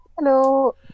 hello